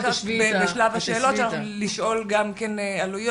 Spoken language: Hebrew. אני אשמח אחר כך בשלב השאלות לשאול גם כן עלויות,